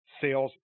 sales